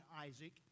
Isaac